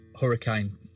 Hurricane